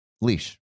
leash